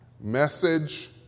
Message